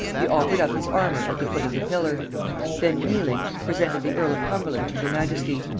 he offered up his armour at the foot of the pillar then kneeling, presented the earl of cumberland to her majesty,